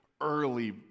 early